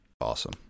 awesome